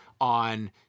on